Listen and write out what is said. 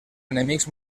enemics